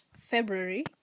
February